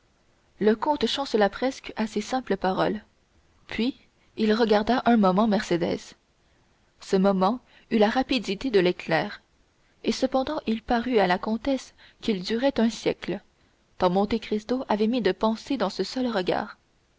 le comte chancela presque à ces simples paroles puis il regarda un moment mercédès ce moment eut la rapidité de l'éclair et cependant il parut à la comtesse qu'il durait un siècle tant monte cristo avait mis de pensées dans ce seul regard